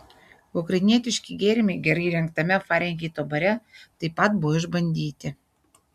ukrainietiški gėrimai gerai įrengtame farenheito bare taip pat buvo išbandyti